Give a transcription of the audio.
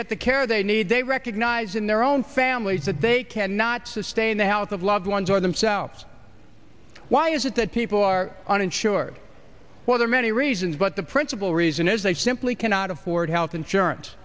get the care they need they recognize in their own families that they cannot sustain the health of loved ones or themselves why is it that people are uninsured while there are many reasons but the principal reason is they simply cannot afford health insurance